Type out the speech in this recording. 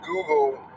google